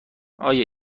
آیا